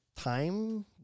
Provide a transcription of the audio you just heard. time